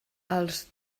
els